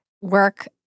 work